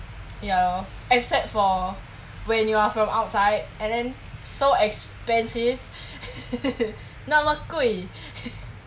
ya lor except for when you are from outside and then so expensive 那么贵